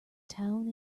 town